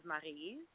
Marie